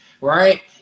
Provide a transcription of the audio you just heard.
Right